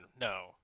No